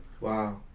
wow